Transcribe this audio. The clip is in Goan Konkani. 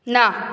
ना